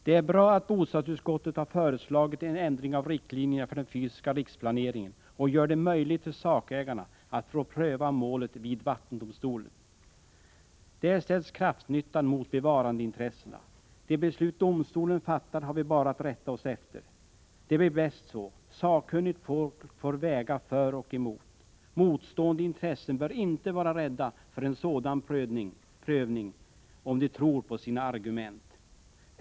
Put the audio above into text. Det är bra att bostadsutskottet föreslår en ändring av riktlinjerna för den fysiska riksplaneringen och gör det möjligt för sakägarna att få saken prövad vid vattendomstolen. Där ställs kraftnyttan mot bevarandeintressena. Det beslut domstolen fattar har vi bara att rätta oss efter. Det blir bäst så. Sakkunnigt folk får väga för och emot. Företrädare för motstående intressen bör inte vara rädda för en sådan prövning — om de tror på sina argument.